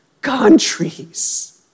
countries